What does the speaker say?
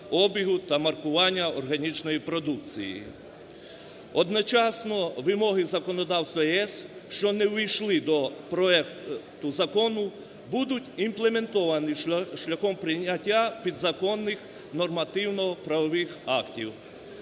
обігу та маркування органічної продукції. Одночасно вимоги законодавства ЄС, що не увійшли до проекту Закону, будуть імплементовані шляхом прийняття підзаконних нормативно-правових актів.